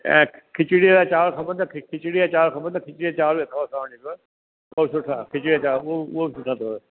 ऐं खिचिड़ीअ या चांवर खपनि था खिचिड़ीअ या चांवर खपनि त खिचिड़ीअ चांवरु तव्हां जेको आहे उहो सुठा खिचिड़ीअ चांवरु उहो उहो सुठा अथव